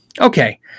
Okay